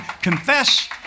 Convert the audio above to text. confess